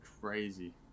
crazy